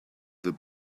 the